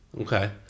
okay